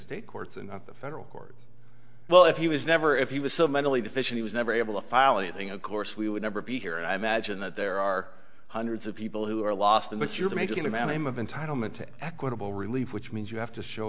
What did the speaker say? state courts and the federal courts well if he was never if he was so mentally deficient he was never able to file a thing of course we would never be here and i imagine that there are hundreds of people who are lost in what you're making and i'm of entitlement to equitable relief which means you have to show